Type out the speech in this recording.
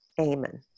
amen